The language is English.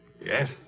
Yes